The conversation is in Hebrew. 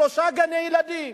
שלושה גני-ילדים.